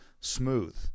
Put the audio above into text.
smooth